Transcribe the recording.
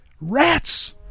rats